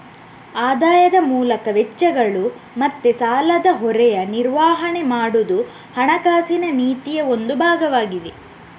ಆದಾಯದ ಮೂಲಕ ವೆಚ್ಚಗಳು ಮತ್ತೆ ಸಾಲದ ಹೊರೆಯ ನಿರ್ವಹಣೆ ಮಾಡುದು ಹಣಕಾಸಿನ ನೀತಿಯ ಒಂದು ಭಾಗವಾಗಿದೆ